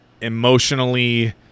emotionally